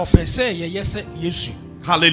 Hallelujah